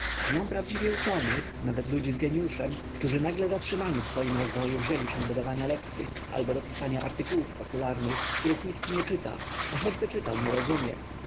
znam prawdziwie uczonych nawet ludzi z geniuszem którzy nagle zatrzymani w swym rozwoju wzięli się do dawania lekcyj albo do pisania artykułów popularnych których nikt nie czyta a choćby czytał nie rozumie